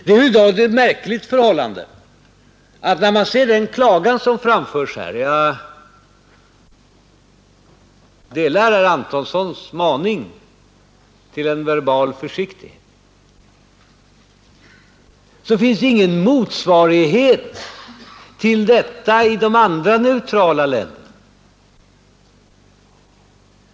Det är över huvud taget ett märkligt förhållande, när man hör den klagan som framförs här — jag instämmer i herr Antonssons maning om en verbal försiktighet — att man kan konstatera att det inte finns någon motsvarighet till detta i de andra neutrala länderna.